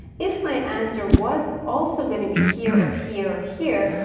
if my answer was also going to be here or here or here,